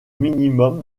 minimum